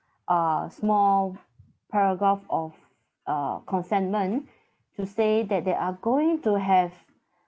uh small paragraph of uh consentment to say that they are going to have